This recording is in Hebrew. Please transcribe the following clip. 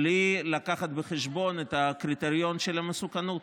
בלי להביא בחשבון את הקריטריון של המסוכנות.